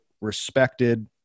respected